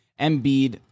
Embiid